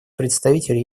представитель